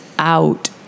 out